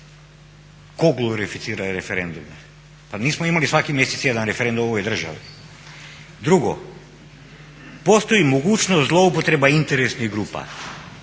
Tko glorificira referendume? Pa nismo imali svaki mjesec jedan referendum u ovoj državi. Drugo, postoji mogućnost zloupotreba interesnih grupa.